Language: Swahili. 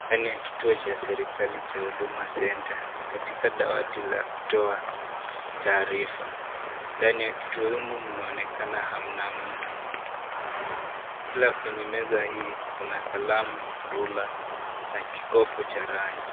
Ndani ya kituo cha serikali cha Huduma Centre katika dawati la kutoa taarifa. Ndani ya kituo humu mnaonekana hamna mtu ila kwenye meza hii kuna kalamu, rula na kikopo cha rangi.